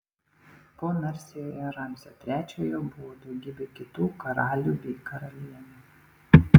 po narsiojo ramzio trečiojo buvo daugybė kitų karalių bei karalienių